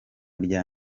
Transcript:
rya